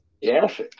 Yes